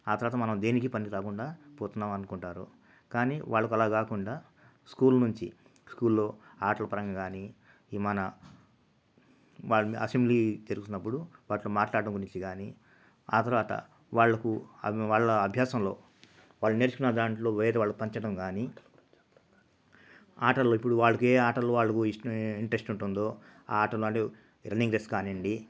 ఆ తర్వాత మనం దేనికి పనికిరాకుండా పోతున్నాము అనుకుంటారు కానీ వాళ్ళకి అలా కాకుండా స్కూల్ నుంచి స్కూల్లో ఆటలు పరంగా కానీ ఏమైనా వాళ్ళ అసెంబ్లీ జరుగుతున్నప్పుడు వాటిలో మాట్లాడ్డం గురించి కానీ ఆ తర్వాత వాళ్ళకు వాళ్ళ అభ్యాసంలో వాళ్ళు నేర్చుకున్న దాంట్లో వేరు వాళ్ళు పంచడం కానీ ఆటలు ఇప్పుడు వాళ్ళు ఏ ఆటలు ఇష్టం ఇంట్రెస్ట్ ఉంటుందో ఆ ఆటలు రన్నింగ్ రేస్ కానివ్వండి